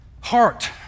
Heart